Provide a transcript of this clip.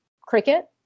cricket